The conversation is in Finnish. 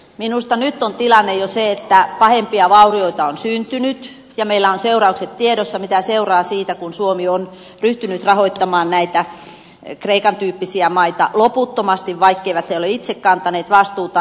minusta nyt on tilanne jo se että pahempia vaurioita on syntynyt ja meillä ovat seuraukset tiedossa mitä seuraa siitä kun suomi on ryhtynyt rahoittamaan näitä kreikan typpisiä maita loputtomasti vaikkeivät ne ole itse kantaneet vastuutaan